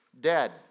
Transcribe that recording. dead